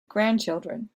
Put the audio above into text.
grandchildren